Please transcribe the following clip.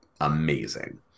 amazing